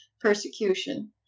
persecution